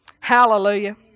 hallelujah